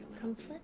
Comfort